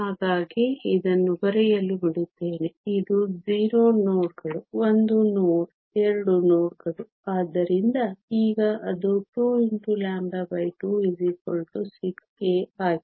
ಹಾಗಾಗಿ ಇದನ್ನು ಬರೆಯಲು ಬಿಡುತ್ತೇನೆ ಇದು 0 ನೋಡ್ ಗಳು 1 ನೋಡ್ 2 ನೋಡ್ಗಳು ಆದ್ದರಿಂದ ಈಗ ಅದು 22 6a ಆಗಿದೆ